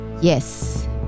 Yes